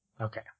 Okay